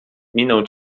miną